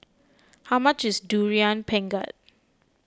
how much is Durian Pengat